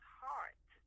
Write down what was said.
heart